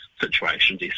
situations